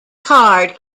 card